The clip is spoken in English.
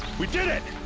we did it!